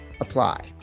apply